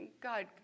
God